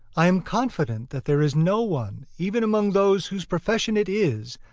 i am confident that there is no one, even among those whose profession it is,